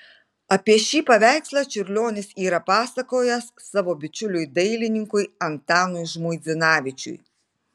apie šį paveikslą čiurlionis yra pasakojęs savo bičiuliui dailininkui antanui žmuidzinavičiui